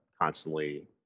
constantly